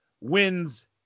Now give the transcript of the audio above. wins